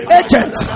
agent